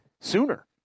sooner